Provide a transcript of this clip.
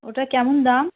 ওটা কেমন দাম